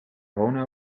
honor